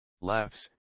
Laughs